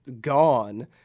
gone